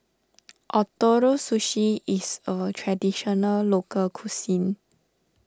Ootoro Sushi is a Traditional Local Cuisine